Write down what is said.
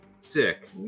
Sick